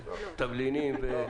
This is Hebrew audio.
תבלינים --- לא.